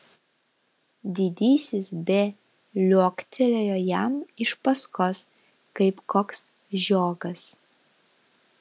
didysis b liuoktelėjo jam iš paskos kaip koks žiogas